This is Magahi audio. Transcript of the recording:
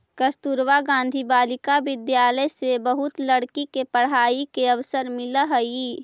कस्तूरबा गांधी बालिका विद्यालय से बहुत लड़की के पढ़ाई के अवसर मिलऽ हई